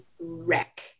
wreck